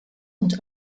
und